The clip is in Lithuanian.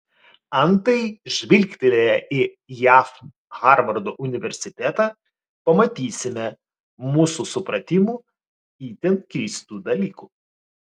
antai žvilgtelėję į jav harvardo universitetą pamatysime mūsų supratimu itin keistų dalykų